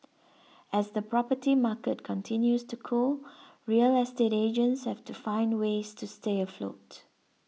as the property market continues to cool real estate agents have to find ways to stay afloat